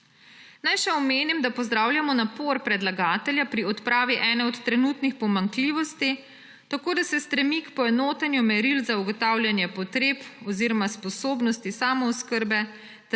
Naj še omenim, da pozdravljamo napor predlagatelja pri odpravi ene od trenutnih pomanjkljivosti, tako da se stremi k poenotenju meril za ugotavljanje potreb oziroma sposobnosti samooskrbe